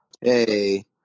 Hey